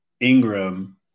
Ingram